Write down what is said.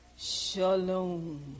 shalom